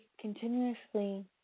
continuously